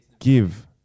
Give